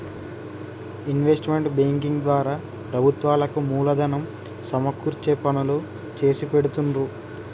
investment banking ద్వారా ప్రభుత్వాలకు మూలధనం సమకూర్చే పనులు చేసిపెడుతుండ్రు